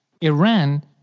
Iran